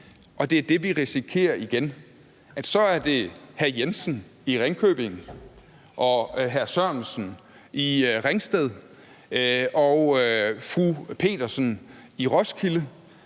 og det er det, vi risikerer igen, nemlig at det så er hr. Jensen i Ringkøbing, hr. Sørensen i Ringsted og fru Petersen i Roskilde,